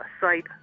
site